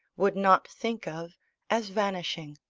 would not think of as vanishing.